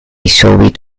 soviet